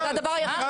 זה הדבר היחיד שקרה.